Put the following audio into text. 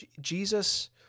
Jesus